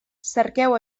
cerqueu